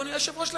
אדוני היושב-ראש?